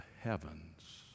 heavens